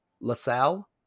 LaSalle